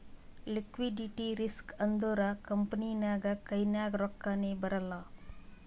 liquidity risk ಅಂದುರ್ company ನಾಗ್ ಕೈನಾಗ್ ರೊಕ್ಕಾನೇ ಬರಲ್ಲ